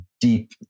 deep